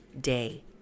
day